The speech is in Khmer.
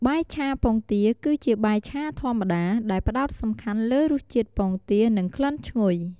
បាយឆាពងទាគឺជាបាយឆាធម្មតា ដែលផ្តោតសំខាន់លើរសជាតិពងទា និងក្លិនឈ្ងុយ។